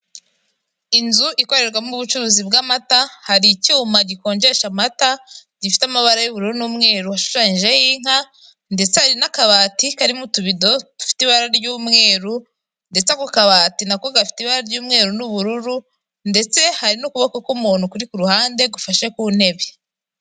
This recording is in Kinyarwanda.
Inzu ikorerwamo ubucuruzi bw'amata, hari icyuma gikonjesha amata gifite amabara y'ubururu n'umweru ashushanyijeho inka, ndetse hari n'akabati karimo utubidodo dufite ibara ry'umweru, ndetse ako kabati nako gafite ibara ry'umweru n'ubururu, ndetse hari n'ukuboko k'umuntu kuri ku ruhande gufashe ku ntebe